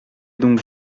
donc